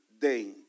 day